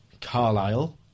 Carlisle